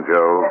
Joe